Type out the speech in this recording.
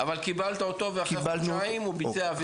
אבל קיבלת אותו ואחרי חודשיים הוא ביצע עבירה.